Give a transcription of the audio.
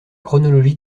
chronologie